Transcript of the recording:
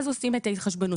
אז עושים את ההתחשבנות.